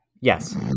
Yes